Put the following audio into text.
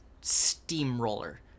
steamroller